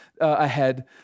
ahead